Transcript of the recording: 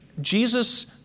Jesus